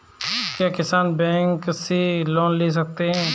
क्या किसान बैंक से लोन ले सकते हैं?